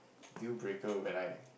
deal breaker when I